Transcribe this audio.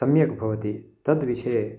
सम्यग्भवति तद्विषये